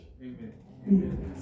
Amen